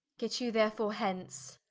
get you therefore hence,